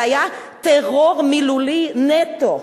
זה היה טרור מילולי נטו: